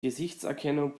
gesichtserkennung